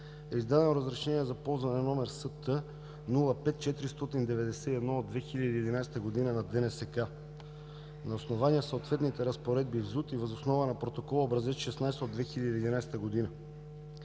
е издадено разрешение за ползване на № СТ 05 491 от 2011 г. на ДНСК, на основание съответните разпоредби в ЗУТ и въз основа на Протокол, Образец 16 от 2011 г.